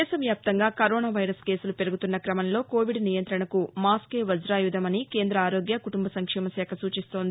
దేశ వ్యాప్తంగా corona virus కేసులు పెరుగుతున్న క్రమంలో కోవిద్ నియంతణకు మాస్కే వ్యాయుధం అని కేంద్ర ఆరోగ్య కుటుంబ సంక్షేమశాఖ సూచిస్తోంది